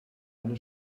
eine